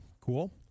Cool